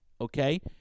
Okay